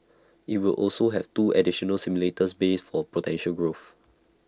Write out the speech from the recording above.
IT will also have two additional simulator bays for potential growth